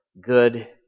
good